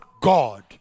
God